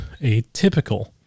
atypical